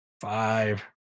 five